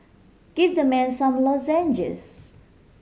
give the man some lozenges